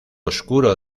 oscuro